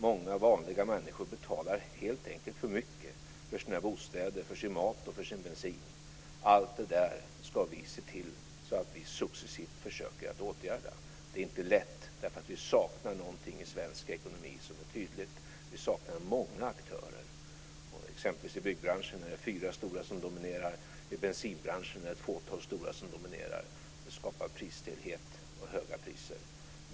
Många vanliga människor betalar helt enkelt för mycket för sina bostäder, för sin mat och för sin bensin. Vi ska se till att vi successivt försöker att åtgärda allt detta. Det är inte lätt, därför att det är tydligt att vi saknar någonting i svensk ekonomi. Vi saknar många aktörer. I byggbranschen, t.ex., är det fyra stora företag som dominerar. Också i bensinbranschen är det ett fåtal stora företag som dominerar. Det skapar prisstelhet och höga priser.